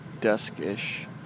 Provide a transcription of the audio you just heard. dusk-ish